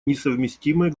несовместимые